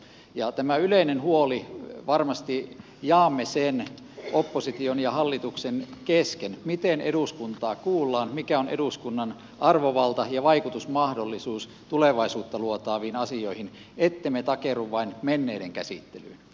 ja tämä yleinen huoli varmasti jaamme sen opposition ja hallituksen kesken miten eduskuntaa kuullaan mikä on eduskunnan arvovalta ja vaikutusmahdollisuus tulevaisuutta luotaaviin asioihin ettemme takerru vain menneiden käsittelyyn